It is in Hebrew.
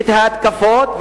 וההתקפות,